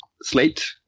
Slate